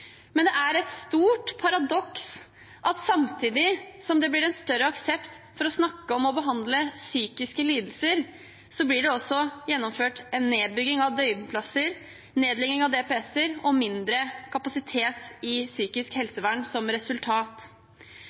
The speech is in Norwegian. Men det er et stort paradoks at samtidig som det blir større aksept for å snakke om og behandle psykiske lidelser, blir det også gjennomført en nedbygging av døgnplasser, nedlegging av DPS-er, med mindre kapasitet i psykisk helsevern som resultat.